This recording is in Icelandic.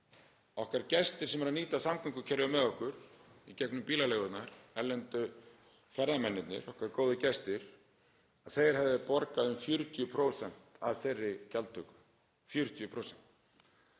okkar sem eru að nýta samgöngukerfið með okkur í gegnum bílaleigurnar, erlendu ferðamennirnir, okkar góðu gestir, að þeir hefðu borgað um 40% af þeirri gjaldtöku. En